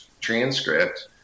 transcript